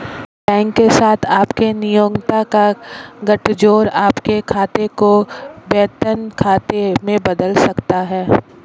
bank के साथ आपके नियोक्ता का गठजोड़ आपके खाते को वेतन खाते में बदल सकता है